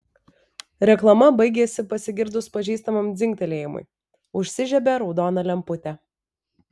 reklama baigėsi pasigirdus pažįstamam dzingtelėjimui užsižiebė raudona lemputė